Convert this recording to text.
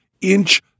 inch